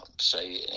say